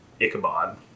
Ichabod